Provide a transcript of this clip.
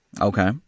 Okay